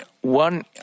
one